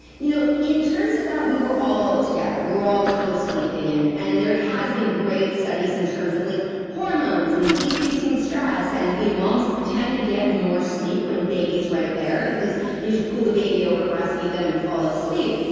you know in terms of that, we were all together. we were all cosleeping, and and there has been great studies in terms of like hormones, and decreasing stress and you know moms tend to get more sleep when baby's right there, because you just pull the baby over, breast feed them, and fall asleep.